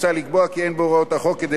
מוצע לקבוע כי אין בהוראות החוק כדי